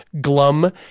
glum